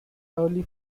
early